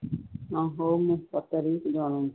ହଁ ହଉ ମୁଁ ପଚାରିକି ଜଣଉଛି